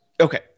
Okay